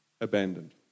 abandoned